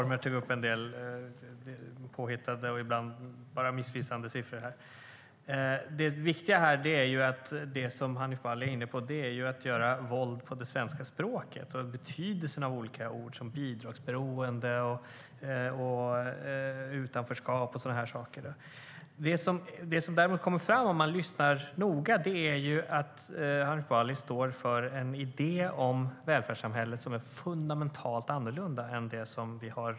Herr talman! Jag hade inte tänkt begära ordet, men det var svårt att låta bli efter det att Hanif Bali under animerade former tog upp en del påhittade eller missvisande siffror. Det som Hanif Bali var inne på är ju att göra våld på det svenska språket och betydelsen av olika ord som bidragsberoende och utanförskap. Det som kommer fram om man lyssnar noga är att Hanif Bali står för en idé om välfärdssamhället som är fundamentalt annorlunda än den som vi har.